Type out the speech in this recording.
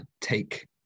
take